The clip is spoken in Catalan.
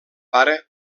pare